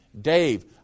Dave